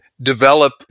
develop